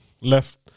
left